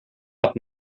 hat